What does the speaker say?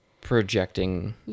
projecting